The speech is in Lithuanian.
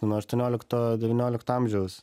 nuo aštuoniolikto devyniolikto amžiaus